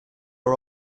are